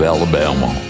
Alabama